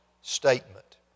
statement